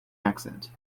accent